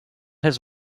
his